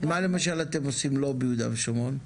מה למשל אתם עושים לא ביהודה ושומרון?